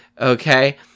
okay